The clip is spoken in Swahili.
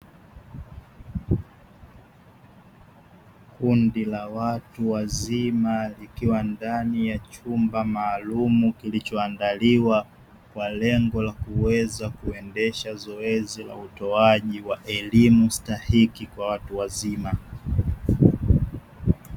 Kundi la watu wazima likiwa ndani ya chumba maalumu, kilichoandaliwa kwa lengo la kuweza kuendesha zoezi la utoaji wa elimu stahiki kwa watu wazima.